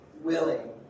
willing